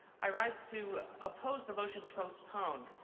i rise to oppose the motion to postpone.